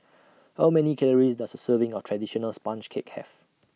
How Many Calories Does A Serving of Traditional Sponge Cake Have